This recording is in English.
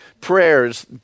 prayers